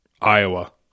Iowa